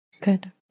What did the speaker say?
Good